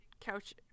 couch